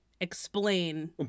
explain